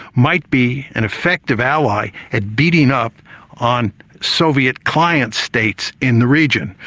might be an effective ally at beating up on soviet client states in the region.